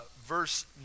verse